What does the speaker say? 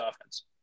offense